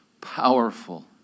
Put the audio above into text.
powerful